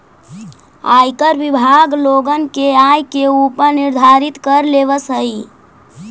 आयकर विभाग लोगन के आय के ऊपर निर्धारित कर लेवऽ हई